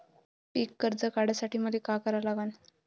पिक कर्ज काढासाठी मले का करा लागन?